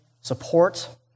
support